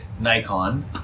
Nikon